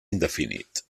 indefinit